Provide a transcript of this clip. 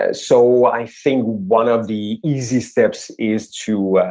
ah so i think one of the easy steps is to